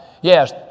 Yes